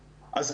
אז,